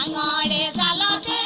um um ah da da